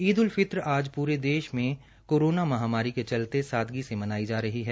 ईद उल फितर आज पूरे देश मे कोरोना महामारी के चलते सदगी से मनाई जा रही है